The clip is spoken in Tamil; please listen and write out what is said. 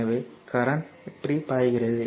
எனவே கரண்ட் இப்படி பாய்கிறது